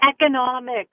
economic